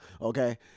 Okay